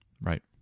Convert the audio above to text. right